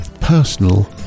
personal